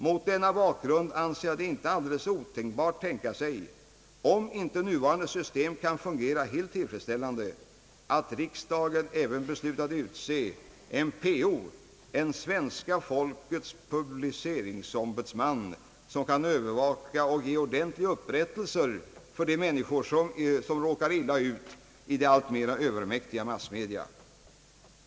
Mot denna bakgrund anser jag det inte alldeles otänkbart att föreställa sig — om inte nuvarande system kan fungera helt tillfredsställande — att riksdagen även beslutar att utse en PO, en svenska folkets publiceringsombudsman, som kan övervaka och ge ordentlig upprättelse åt de enskilda människor som råkar illa ut i de alltmer övermäktiga massmedia.